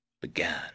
began